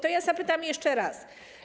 To ja zapytam jeszcze raz.